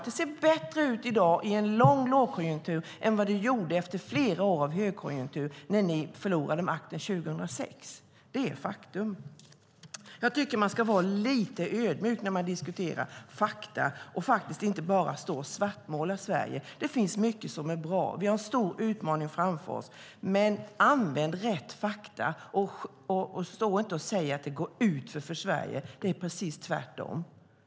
Det ser bättre ut i dag, i en lång lågkonjunktur, än det gjorde när ni förlorade makten 2006 efter flera år av högkonjunktur. Det är fakta. Jag tycker att man ska vara lite ödmjuk när man diskuterar fakta och inte bara svartmåla Sverige. Det finns mycket som är bra. Vi har en stor utmaning framför oss, men använd rätt fakta, och säg inte att det går utför för Sverige. Det är precis tvärtom.